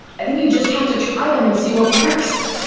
i think you just have to try them and see what works.